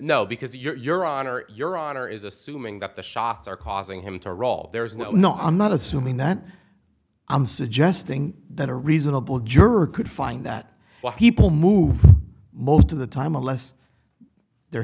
no because you're on or your honor is assuming that the shots are causing him to roll there is no no i'm not assuming that i'm suggesting that a reasonable juror could find that what people move most of the time unless they're